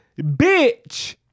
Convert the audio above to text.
bitch